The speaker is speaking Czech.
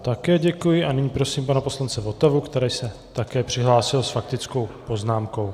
Také děkuji a nyní prosím pana poslance Votavu, který se také přihlásil s faktickou poznámkou.